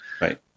Right